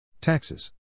Taxes